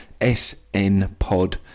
SNPOD